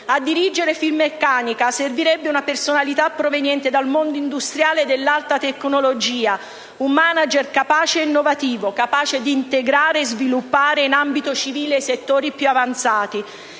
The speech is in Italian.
A dirigere Finmeccanica servirebbe una personalità proveniente dal mondo industriale dell'alta tecnologia, un *manager* capace ed innovativo, in grado di integrare e sviluppare in ambito civile i settori più avanzati.